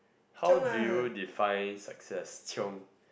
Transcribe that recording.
how do you define success Chiong